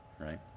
right